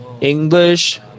English